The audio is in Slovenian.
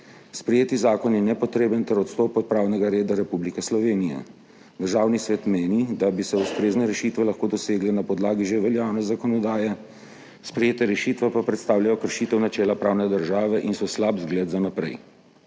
Sprejeti zakon je nepotreben ter odstop od pravnega reda Republike Slovenije. Državni svet meni, da bi se ustrezne rešitve lahko dosegle na podlagi že veljavne zakonodaje, sprejete rešitve pa predstavljajo kršitev načela pravne države in so slab zgled za naprej.